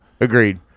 Agreed